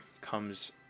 comes